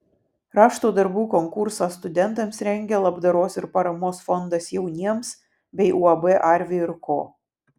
rašto darbų konkursą studentams rengia labdaros ir paramos fondas jauniems bei uab arvi ir ko